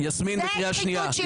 זה שחיתות שלטונית.